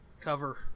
cover